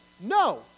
No